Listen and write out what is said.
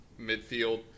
midfield